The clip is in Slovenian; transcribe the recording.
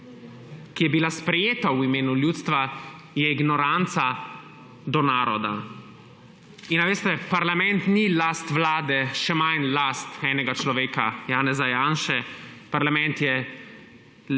ki je bila sprejeta v imenu ljudstva, je ignoranca do naroda. Veste, parlament ni last vlade, še manj last enega človeka, Janeza Janše, parlament je last